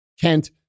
Kent